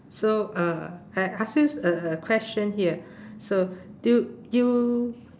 so uh I ask you a a question here so do you you